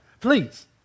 Please